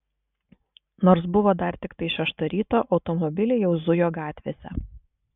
nors buvo dar tiktai šešta ryto automobiliai jau zujo gatvėse